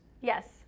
Yes